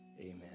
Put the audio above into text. amen